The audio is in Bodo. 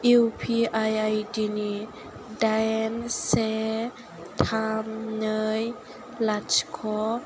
इउ पि आइ आइडिनि दाइन से थाम नै लाथिख'